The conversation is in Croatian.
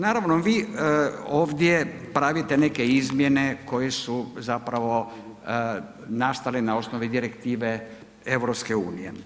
Naravno vi ovdje pravite neke izmjene koje su zapravo nastale na osnovi direktive EU.